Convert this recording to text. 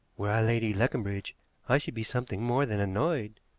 were i lady leconbridge i should be something more than annoyed,